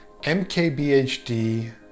MKBHD